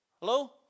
Hello